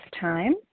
time